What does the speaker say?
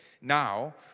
now